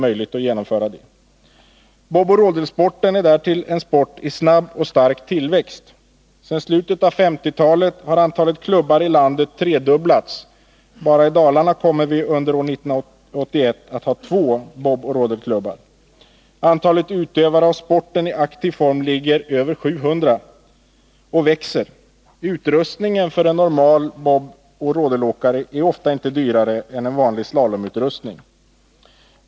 Boboch rodelsporten är därtill en sport i snabb och stark tillväxt. Sedan slutet av 1950-talet har antalet klubbar i landet tredubblats. Bara i Dalarna kommer vi under år 1981 att ha två boboch rodelklubbar. Antalet utövare av sporten i aktiv form ligger nu över 700, och antalet växer. Utrustningen för en normal boboch rodelåkare är ofta inte dyrare än en slalomutrustning.